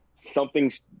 something's